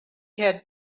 had